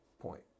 point